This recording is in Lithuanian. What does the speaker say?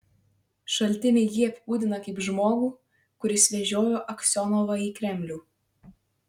šaltiniai jį apibūdina kaip žmogų kuris vežiojo aksionovą į kremlių